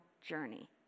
journey